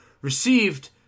received